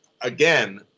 again